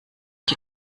die